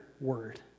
word